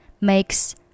makes